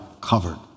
covered